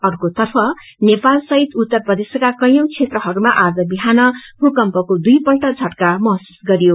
अर्कोतर्फ नेपाल सहित उत्तर प्रदेशका कैंयौ क्षेत्रहरूमा आज बिहान भूकमपको दुईपल्ट झटका महसूस गरियो